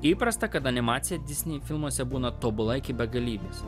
įprasta kad animacija disney filmuose būna tobula iki begalybės